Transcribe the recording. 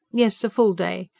yes, a full day.